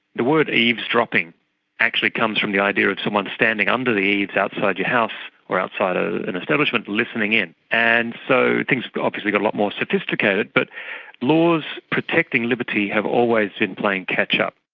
the word eavesdropping actually comes from the idea of someone standing under the eaves outside your house or outside ah an establishment, listening in. and so things have obviously got a lot more sophisticated, but laws protecting liberty have always been playing catch-up.